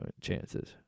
chances